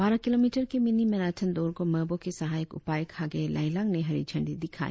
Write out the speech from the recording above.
बारह किलोमीटर के mini marathon दौड़ को मेबो के सहायक उपायुक्त हागे लाईलांग ने हरी झंडी दिखाई